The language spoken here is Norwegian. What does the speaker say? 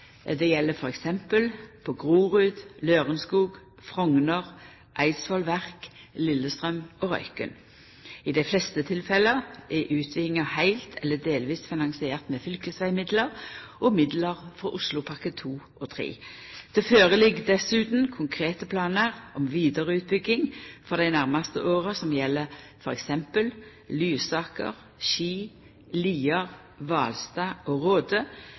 Det gjeld f.eks. Grorud, Lørenskog, Frogner, Eidsvoll Verk, Lillestrøm og Røyken. I dei fleste tilfella er utvidinga heilt eller delvis finansiert med fylkesvegmidlar og midlar frå Oslopakke 2 og Oslopakke 3. Det ligg dessutan føre konkrete planar om vidare utbygging for dei nærmaste åra som gjeld f.eks. Lysaker, Ski, Lier, Hvalstad og Råde,